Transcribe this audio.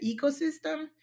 ecosystem